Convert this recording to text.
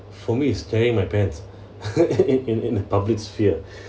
for me is tearing my pants in in in the public sphere